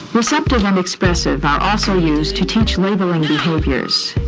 receptive and expressive are also used to teach labeling behaviors.